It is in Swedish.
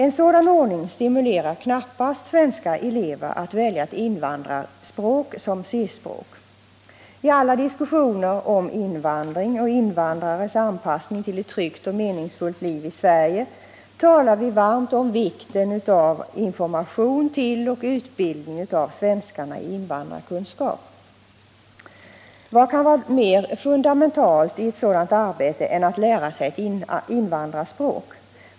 En sådan ordning stimulerar knappast svenska elever att välja ett invandrarspråk som C-språk. I alla diskussioner om invandring och invandrares anpassning till ett tryggt och meningsfullt liv i Sverige talar vi varmt om vikten av information till och undervisning av svenskarna i invandrarkunskap. Vad kan vara mer fundamentalt i ett sådant arbete än att lära sig ett invandrarspråk?